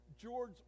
George